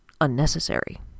unnecessary